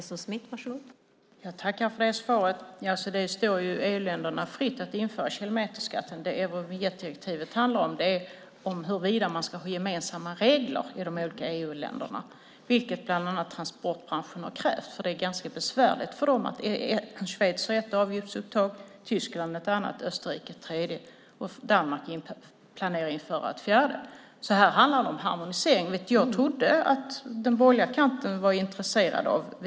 Fru talman! Jag tackar för det svaret. Det står EU-länderna fritt att införa kilometerskatten. Det Eurovinjettdirektivet handlar om är huruvida man ska ha gemensamma regler i de olika EU-länderna, vilket bland annat transportbranschen har krävt. Detta är nämligen ganska besvärligt för dem. Schweiz har ett avgiftsuttag, Tyskland har ett annat och Österrike ett tredje. Danmark planerar att införa ett fjärde. Här handlar det alltså om harmonisering. Jag trodde att man på den borgerliga kanten var intresserad av detta.